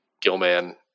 Gilman